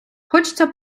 хочеться